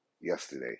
Yesterday